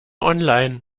online